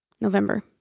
November